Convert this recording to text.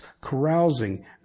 carousing